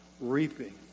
reaping